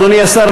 אדוני השר,